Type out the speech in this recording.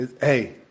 Hey